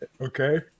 Okay